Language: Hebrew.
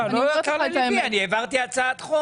לא יקר לליבי, העברתי הצעת חוק.